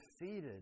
defeated